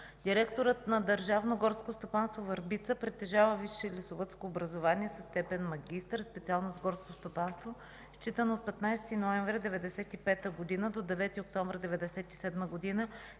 Директорът на Държавно горско стопанство – Върбица притежава висше лесовъдско образование със степен магистър, специалност „горско стопанство”. Считано от 15 ноември 1995 г. до 9 октомври 1997 г.